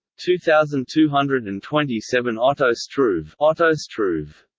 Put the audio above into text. two thousand two hundred and twenty seven otto struve otto struve